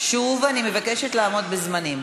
שוב, אני מבקשת לעמוד בזמנים.